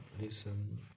listen